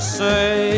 say